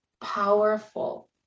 powerful